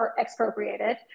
expropriated